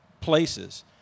places